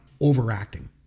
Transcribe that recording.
overacting